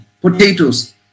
potatoes